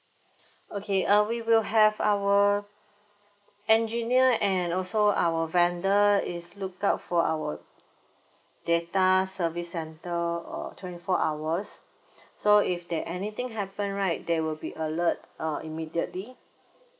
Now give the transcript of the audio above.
okay uh we will have our engineer and also our vendor is look out for our data service centre uh twenty four hours so if they anything happen right they will be alert uh immediately